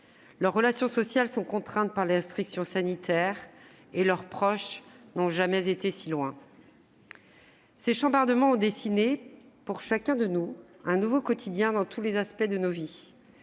Leurs relations sociales sont contraintes par les restrictions sanitaires et leurs proches n'ont jamais été si loin. Ces chambardements ont dessiné, pour chacun de nous, un nouveau quotidien dans tous les aspects de nos vies.